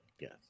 yes